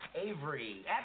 Avery